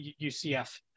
UCF